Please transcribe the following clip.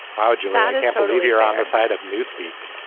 ah how would you like to hear on the side of newspeak?